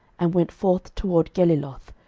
and went forth toward geliloth,